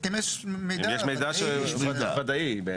אם יש מידע ודאי.